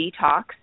detox